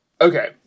Okay